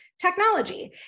technology